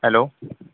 hello